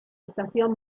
estación